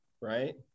right